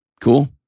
Cool